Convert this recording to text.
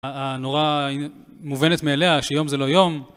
הנורא מובנת מאליה שיום זה לא יום